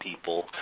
people